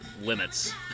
limits